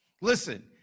Listen